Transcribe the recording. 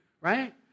right